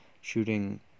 shooting